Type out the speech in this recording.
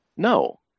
No